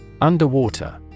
Underwater